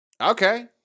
okay